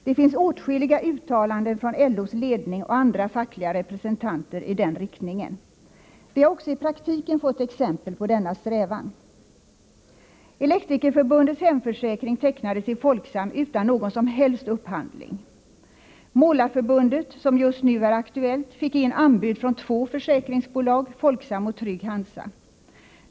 Det finns åtskilliga uttalanden från LO:s ledning och andra fackliga representanter i den riktningen. Vi har också i praktiken fått exempel på denna strävan. Elektrikerförbundets hemförsäkring tecknades i Folksam utan någon som helst upphandling. Målareförbundet, som just nu är aktuellt, fick in anbud från två försäkringsbolag, Folksam och Trygg-Hansa.